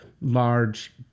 large